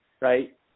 right